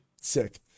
sick